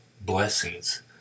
blessings